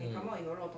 mm